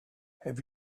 have